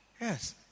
Yes